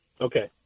Okay